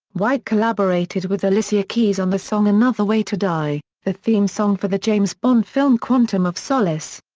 white collaborated with alicia keys on the song another way to die, the theme song for the james bond film quantum of solace.